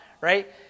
right